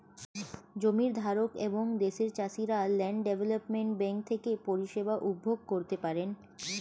জমির ধারক এবং দেশের চাষিরা ল্যান্ড ডেভেলপমেন্ট ব্যাঙ্ক থেকে পরিষেবা উপভোগ করতে পারেন